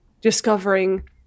discovering